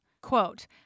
Quote